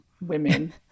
women